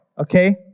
Okay